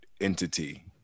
entity